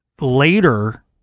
later